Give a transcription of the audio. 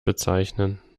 bezeichnen